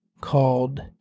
called